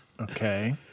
Okay